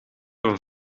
een